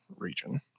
Region